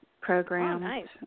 programs